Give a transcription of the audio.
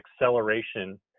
acceleration